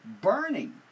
burning